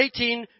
18